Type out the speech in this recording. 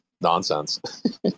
nonsense